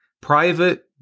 private